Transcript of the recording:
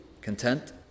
Content